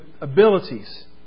abilities